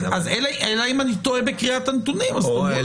אם אני טועה בקריאת הנתונים, אז תאמרו לי.